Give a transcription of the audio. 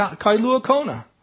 Kailua-Kona